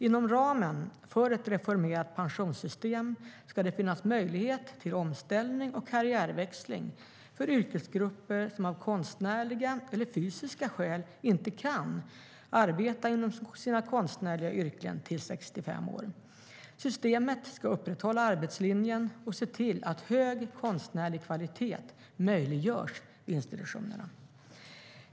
Inom ramen för ett reformerat pensionssystem ska det finnas möjlighet till omställning och karriärväxling för yrkesgrupper som av konstnärliga eller fysiska skäl inte kan arbeta inom sina konstnärliga yrken till 65 år. Systemet ska upprätthålla arbetslinjen och se till att en hög konstnärlig kvalitet möjliggörs vid institutionerna.